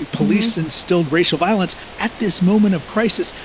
police and stilled racial violence at this moment of crisis.